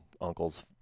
uncles